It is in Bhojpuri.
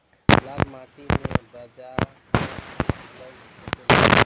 लाल माटी मे बाजरा लग सकेला?